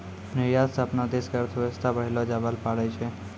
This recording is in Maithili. निर्यात स अपनो देश के अर्थव्यवस्था बढ़ैलो जाबैल पारै छै